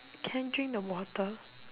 can drink the water